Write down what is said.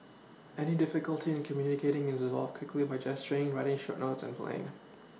any difficulty in communicating is resolved quickly by gesturing writing short notes and playing